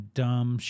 dumb